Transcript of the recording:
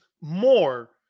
more